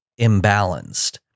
imbalanced